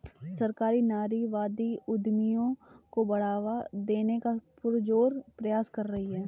सरकार नारीवादी उद्यमियों को बढ़ावा देने का पुरजोर प्रयास कर रही है